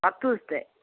പത്ത് ദിവസത്തെ